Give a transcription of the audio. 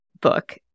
book